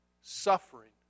suffering